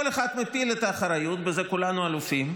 כל אחד מפיל את האחריות, בזה כולנו אלופים,